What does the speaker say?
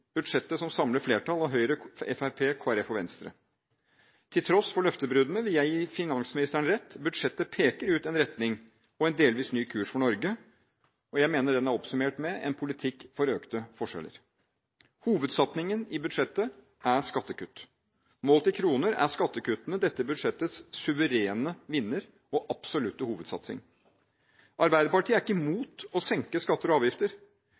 budsjettet som samler flertallet av Høyre, Fremskrittspartiet, Kristelig Folkeparti og Venstre: Til tross for løftebruddene vil jeg gi finansministeren rett; budsjettet peker ut en retning og en delvis ny kurs for Norge, og jeg mener den kan oppsummeres med en politikk for økte forskjeller. Hovedsatsingen i budsjettet er skattekutt. Målt i kroner er skattekuttene dette budsjettets suverene vinner og absolutte hovedsatsing. Arbeiderpartiet er ikke imot å senke skatter og avgifter.